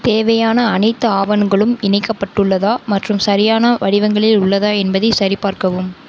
தேவையான அனைத்து ஆவணங்களும் இணைக்கப்பட்டுள்ளதா மற்றும் சரியான வடிவங்களில் உள்ளதா என்பதை சரிபார்க்கவும்